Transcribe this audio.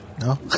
No